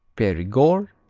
perigord,